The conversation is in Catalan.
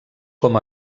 com